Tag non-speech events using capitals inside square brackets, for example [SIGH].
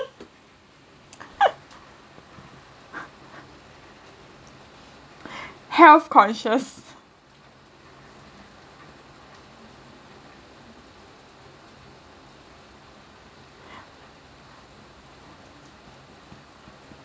[LAUGHS] health conscious